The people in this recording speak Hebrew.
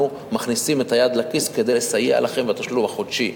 מכניסים את היד לכיס כדי לסייע לכם בתשלום החודשי.